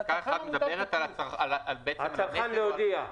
פסקה (1) מדברת --- על הצרכן רק להודיע.